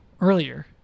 earlier